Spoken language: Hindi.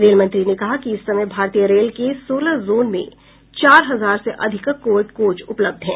रेल मंत्री ने कहा कि इस समय भारतीय रेल के सोलह जोन में चार हजार से अधिक कोविड कोच उपलब्ध हैं